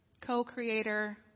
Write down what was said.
Co-creator